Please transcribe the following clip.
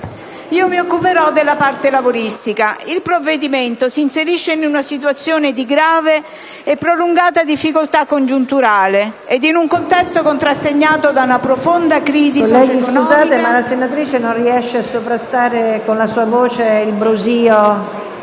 io mi occuperò della parte lavoristica. Il provvedimento si inserisce in una situazione di grave e prolungata difficoltà congiunturale ed in un contesto contrassegnato da una profonda crisi economica... *(Forte brusìo)*. PRESIDENTE. Colleghi, scusate, ma la relatrice non riesce a sovrastare con la sua voce il brusìo,